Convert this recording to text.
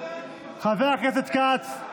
חבר הכנסת כץ,